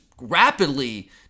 rapidly